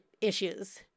issues